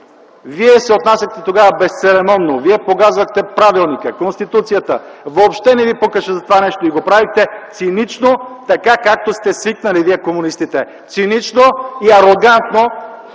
се отнасяхте безцеремонно. Вие погазвахте правилника, Конституцията. Въобще не ви пукаше за това нещо. И го правехте цинично, както сте свикнали вие, комунистите – цинично и арогантно